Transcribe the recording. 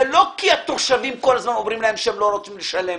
זה לא כי התושבים כל הזמן אומרים שהם לא רוצים לשלם,